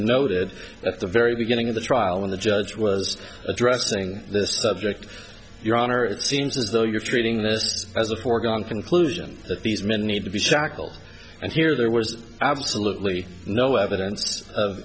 that at the very beginning of the trial when the judge was addressing this subject your honor it seems as though you are treating this as a foregone conclusion that these men need to be shackled and here there was absolutely no evidence of